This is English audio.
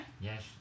Yes